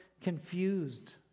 confused